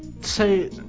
say